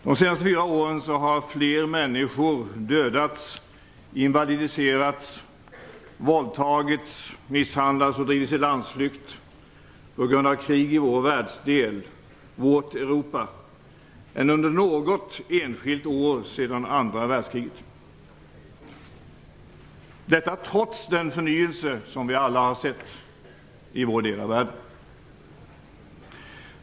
De senaste fyra åren har fler människor dödats, invalidiserats, våldtagits, misshandlats och drivits i landsflykt på grund av krig i vår världsdel, vårt Europa, än under något enskilt år sedan andra världskriget. Detta trots den förnyelse som vi alla har sett i vår del av världen.